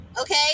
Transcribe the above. Okay